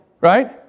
Right